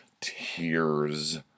tears